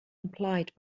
implied